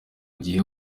gihe